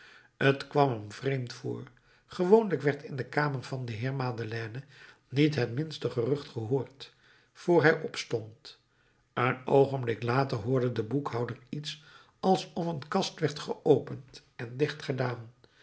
t kwam hem vreemd voor gewoonlijk werd in de kamer van den heer madeleine niet het minste gerucht gehoord vr hij opstond een oogenblik later hoorde de boekhouder iets alsof een kast werd geopend en